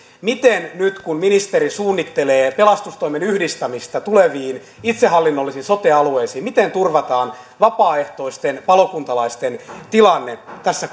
nyt kun ministeri suunnittelee pelastustoimen yhdistämistä tuleviin itsehallinnollisiin sote alueisiin miten turvataan vapaaehtoisten palokuntalaisten tilanne tässä